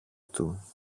του